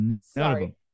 Sorry